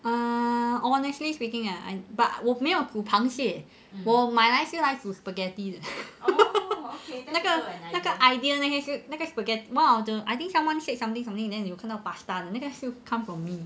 ah honestly speaking ah I but 我没有煮螃蟹我买来是来煮 spaghetti 的那个那个 idea 那些那个 spaghetti the I think someone said something something then 你有看到 pasta 那个是 come from me